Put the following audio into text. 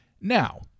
Now